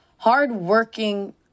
hard-working